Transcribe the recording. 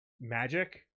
magic